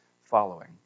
following